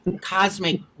cosmic